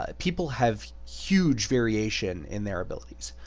ah people have huge variation in their abilities.